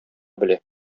белә